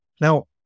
Now